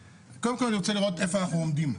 קודם כל אני רוצה להראות איפה אנחנו עומדים,